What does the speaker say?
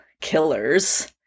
killers